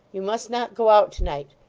you must not go out to-night.